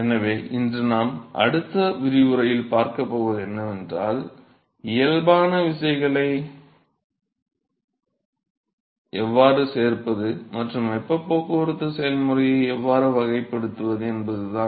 எனவே இன்று நாம் அடுத்த விரிவுரையில் பார்க்கப் போவது என்னவென்றால் இயல்பான விசைகளை எவ்வாறு சேர்ப்பது மற்றும் வெப்பப் போக்குவரத்து செயல்முறையை எவ்வாறு வகைப்படுத்துவது என்பது தான்